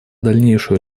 дальнейшую